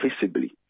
visibly